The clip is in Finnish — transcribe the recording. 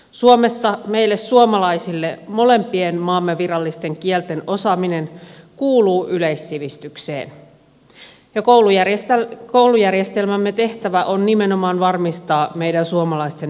suomessa meille suomalaisille molempien maamme virallisten kielten osaaminen kuuluu yleissivistykseen ja koulujärjestelmämme tehtävä on nimenomaan varmistaa meidän suomalaisten yleissivistys